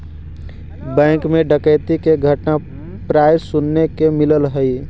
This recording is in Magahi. बैंक मैं डकैती के घटना प्राय सुने के मिलऽ हइ